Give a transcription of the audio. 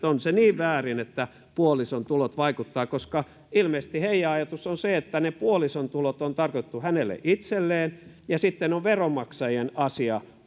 on se niin väärin että puolison tulot vaikuttavat ilmeisesti heidän ajatuksensa on se että ne puolison tulot on tarkoitettu hänelle itselleen ja sitten on veronmaksajien asia